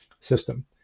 system